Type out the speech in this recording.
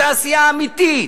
את העשייה האמיתית,